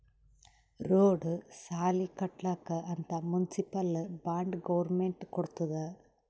road, ಸಾಲಿ ಕಟ್ಲಕ್ ಅಂತ್ ಮುನ್ಸಿಪಲ್ ಬಾಂಡ್ ಗೌರ್ಮೆಂಟ್ ಕೊಡ್ತುದ್